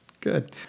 Good